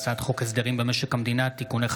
הממשלה (תיקון,